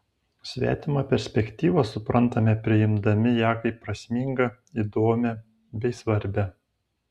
svetimą perspektyvą suprantame priimdami ją kaip prasmingą įdomią bei svarbią